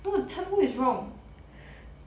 no 称呼 is wrong